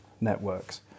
networks